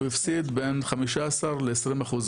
הוא הפסיד בין 15% ל- 20%,